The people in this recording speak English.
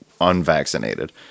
unvaccinated